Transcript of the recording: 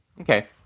Okay